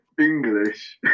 English